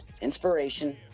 inspiration